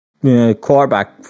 quarterback